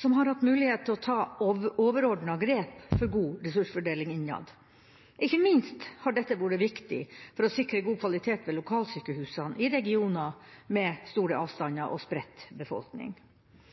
som har hatt mulighet til å ta overordnede grep for god ressursfordeling innad. Ikke minst har dette vært viktig for å sikre god kvalitet ved lokalsykehusene i regioner med store avstander og spredt befolkning.